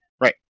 Right